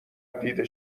دیده